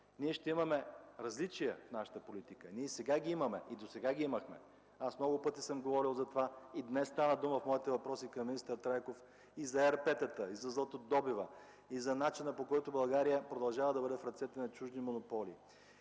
Ние ще имаме различия в нашата политика. Ние ги имаме и досега ги имахме, аз много пъти съм говорил за това. И днес в моите въпроси към министър Трайков стана дума за това. И за ЕРП-та, и за златодобива, и за начина, по който България продължава да бъде в ръцете на чужди монополи,